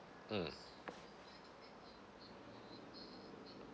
mm